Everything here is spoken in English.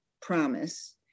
promise